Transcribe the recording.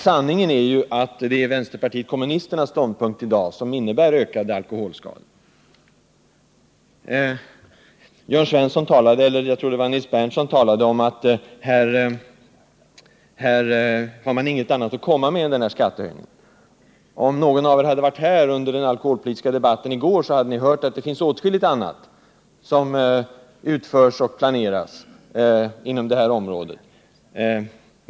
Sanningen är ju, att det är vänsterpartiet kommunisternas ståndpunkt i dag som innebär ökade alkoholskador. Nils Berndtson sade, att här har man inget annat att komma med än denna skattehöjning. Om någon av er hade varit här under den alkoholpolitiska debatten i går, så hade ni hört att det finns åtskilligt annat som utförs och planeras inom detta område.